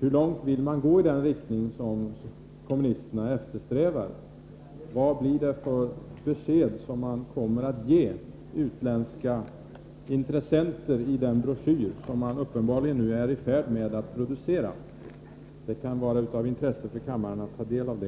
Hur långt vill socialdemokraterna gå i den riktning som kommunisterna förordar? Vad blir det för besked som utländska intressenter kommer att ges i den broschyr som regeringen uppenbarligen är i fäård med att producera? Det kan vara av intresse för kammaren att ta del av